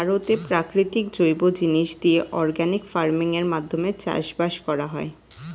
ভারতে প্রাকৃতিক জৈব জিনিস দিয়ে অর্গানিক ফার্মিং এর মাধ্যমে চাষবাস করা হয়